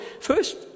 First